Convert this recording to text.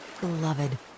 beloved